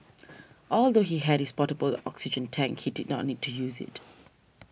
although he had his portable oxygen tank he did not need to use it